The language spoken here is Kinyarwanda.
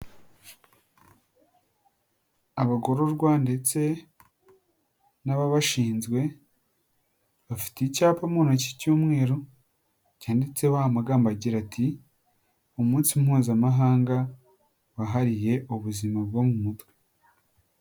Abagororwa ndetse n'ababashinzwe bafite icyapa mu ntoki cy'umweru cyanditseho amagambo agira ati: "Umunsi mpuzamahanga wahariye ubuzima bwo mu mutwe".